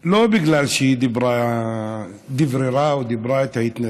לא בגלל שהיא דיבררה את ההתנתקות,